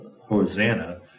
Hosanna